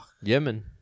Yemen